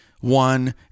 one